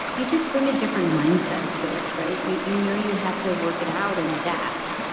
you just bring a different mindset to it, right? you you know you have to work it out and adapt.